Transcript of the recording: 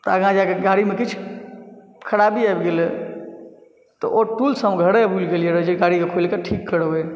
तऽ आगाँ जाइके गाड़ीमे किछु खराबी आबि गेलय तऽ ओ टूल्स हम घरे भूलि गेल रहियै रऽ जे गाड़ीके खोलिके ठीक करबै